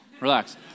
Relax